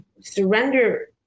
surrender